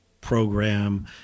program